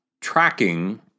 tracking